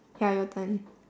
ya your turn